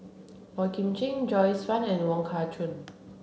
Boey Kim Cheng Joyce Fan and Wong Kah Chun